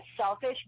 selfish